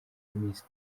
iminsi